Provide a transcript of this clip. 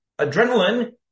adrenaline